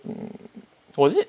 um was it